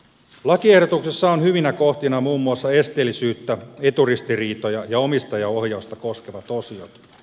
lakiehdotuksessa on hyvinä kohtina muun muassa esteellisyyttä eturistiriitoja ja omistajaohjausta koskevat osiot